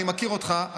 אני מכיר אותך,